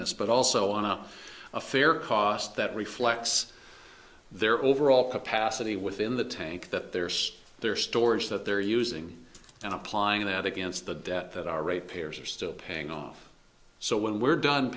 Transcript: this but also on up a fair cost that reflects their overall capacity within the tank that there's their storage that they're using and applying that against the debt that our rate payers are still paying off so when we're done